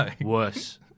Worse